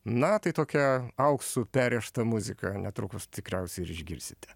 na tai tokia auksu perrėžta muzika netrukus tikriausiai ir išgirsite